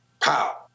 pow